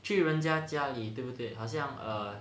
去人家家里对不对好像 err